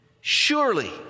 surely